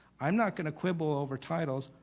i'm not going to quibble over titles,